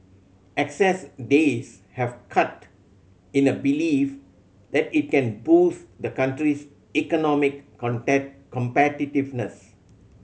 excess days have cut in a belief that it can boost the country's economic competitiveness